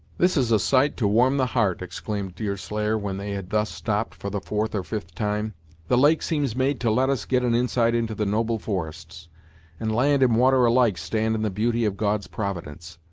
this is a sight to warm the heart! exclaimed deerslayer, when they had thus stopped for the fourth or fifth time the lake seems made to let us get an insight into the noble forests and land and water alike stand in the beauty of god's providence!